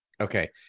Okay